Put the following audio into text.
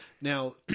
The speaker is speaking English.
Now